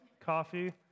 Coffee